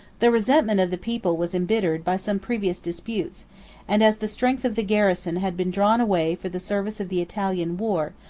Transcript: the resentment of the people was imbittered by some previous disputes and, as the strength of the garrison had been drawn away for the service of the italian war,